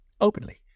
openly